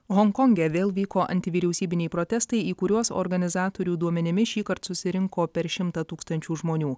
honkonge vėl vyko antivyriausybiniai protestai į kuriuos organizatorių duomenimis šįkart susirinko per šimtą tūkstančių žmonių